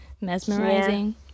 mesmerizing